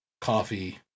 Coffee